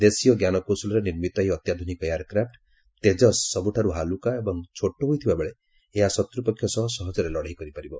ଦେଶୀୟ ଜ୍ଞାନକୌଶଳରେ ନିର୍ମିତ ଏହି ଅତ୍ୟାଧୁନିକ ଏୟାରକ୍ରାଫ୍ ତେଜସ୍ ସବୁଠାରୁ ହାଲୁକା ଏବଂ ଛୋଟ ହୋଇଥିବା ବେଳେ ଏହା ଶତ୍ରପକ୍ଷ ସହ ସହଜରେ ଲଢ଼େଇ କରିପାରିବ